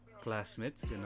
classmates